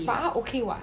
but 他 okay [what]